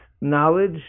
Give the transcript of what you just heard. knowledge